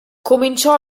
cominciò